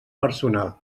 personal